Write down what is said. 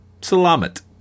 Salamat